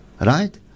right